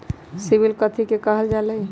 CIBIL कथि के काहल जा लई?